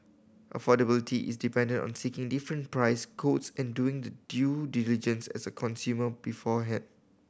affordability is dependent on seeking different price quotes and doing the due diligence as a consumer beforehand